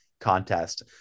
contest